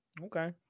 okay